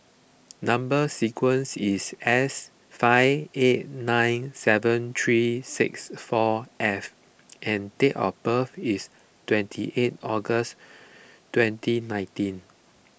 Number Sequence is S five eight nine seven three six four F and date of birth is twenty eight August twenty nineteen